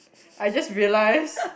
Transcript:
I just realised